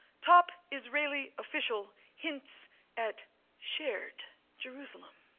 top israeli official hints at shared jerusalem.